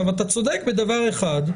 אתה צודק בדבר אחד,